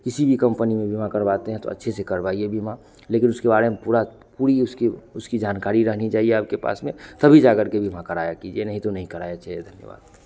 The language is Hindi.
किसी भी कंपनी में बीमा करवाते हैं तो अच्छे से करवाइए बीमा लेकिन उसके बारे में पूरी पूरी उसकी उसकी जानकारी रहनी चाहिए आपके पास में तभी जाकर के बीमा कराया कीजिए नहीं तो नहीं कराएं ये धन्यवाद